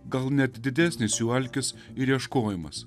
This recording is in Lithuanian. gal net didesnis jų alkis ir ieškojimas